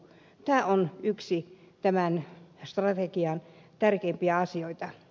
tämä on yksi tämän strategian tärkeimpiä asioita